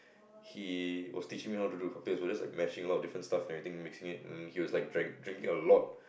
he was teaching me how to do cocktails but just like mashing a lot of different stuff and everything mixing it um he was like drink drinking a lot